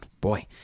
Boy